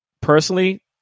personally